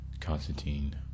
Constantine